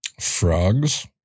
frogs